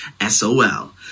S-O-L